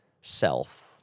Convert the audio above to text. self